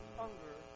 hunger